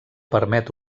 permet